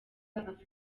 afata